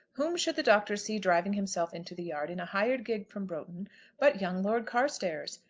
whom should the doctor see driving himself into the yard in a hired gig from broughton but young lord carstairs.